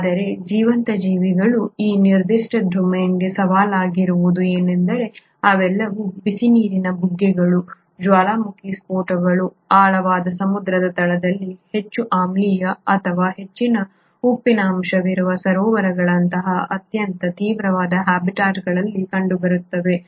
ಆದರೆ ಜೀವಂತ ಜೀವಿಗಳ ಈ ನಿರ್ದಿಷ್ಟ ಡೊಮೇನ್ಗೆ ಸವಾಲಾಗಿರುವುದು ಏನೆಂದರೆ ಅವೆಲ್ಲವೂ ಬಿಸಿನೀರಿನ ಬುಗ್ಗೆಗಳು ಜ್ವಾಲಾಮುಖಿ ಸ್ಫೋಟಗಳು ಆಳವಾದ ಸಮುದ್ರದ ತಳದಲ್ಲಿ ಅಥವಾ ಹೆಚ್ಚು ಆಮ್ಲೀಯ ಅಥವಾ ಹೆಚ್ಚಿನ ಉಪ್ಪಿನಂಶವಿರುವ ಸರೋವರಗಳಂತಹ ಅತ್ಯಂತ ತೀವ್ರವಾದ ಹ್ಯಾಬಿಟಟ್ ಗಳಲ್ಲಿ ಕಂಡುಬರುತ್ತವೆ